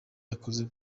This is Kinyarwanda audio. yakoze